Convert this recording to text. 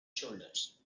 shoulders